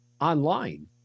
online